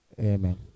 Amen